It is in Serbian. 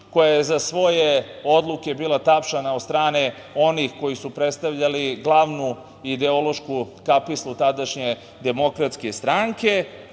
koja je za svoje odluke bila tapšana od strane onih koji su predstavljali glavnu ideološku kapislu tadašnje DS, a nažalost,